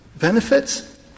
benefits